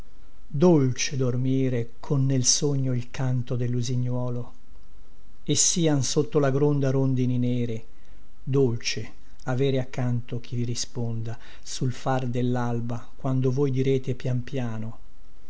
dolce dormire con nel sogno il canto dellusignuolo e sian sotto la gronda rondini nere dolce avere accanto chi vi risponda sul far dellalba quando voi direte pian piano